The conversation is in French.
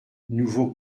nouveau